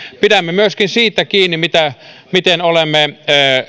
pidämme myöskin siitä kiinni mitä olemme